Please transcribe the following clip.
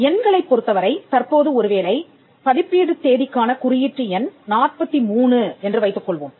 எண்களைப் பொறுத்தவரை தற்போது ஒரு வேளை பதிப்பீடு தேதிக்கான குறியீட்டு எண் 43 என்று வைத்துக்கொள்வோம்